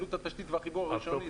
עלות התשתית והחיבור הראשונית גבוהה.